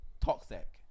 toxic